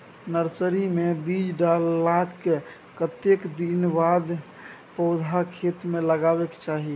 Nursery मे बीज डाललाक कतेक दिन के बाद पौधा खेत मे लगाबैक चाही?